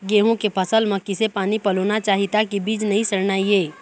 गेहूं के फसल म किसे पानी पलोना चाही ताकि बीज नई सड़ना ये?